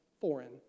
foreign